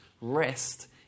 rest